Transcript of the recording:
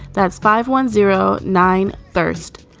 that's five one zero nine. first,